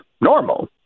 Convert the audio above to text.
normal